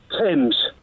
Thames